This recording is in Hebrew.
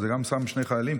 שמו שני חיילים,